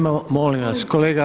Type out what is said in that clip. Molim vas!